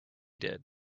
did